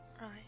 Right